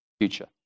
future